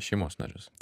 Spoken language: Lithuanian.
šeimos narius